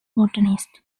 botanist